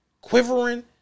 quivering